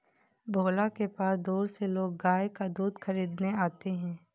भोला के पास दूर से लोग गाय का दूध खरीदने आते हैं